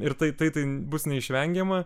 ir tai tai bus neišvengiama